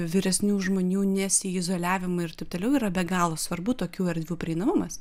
vyresnių žmonių nesiįzoliavimui ir taip toliau yra be galo svarbu tokių erdvių prieinamumas